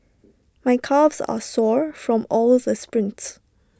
my calves are sore from all the sprints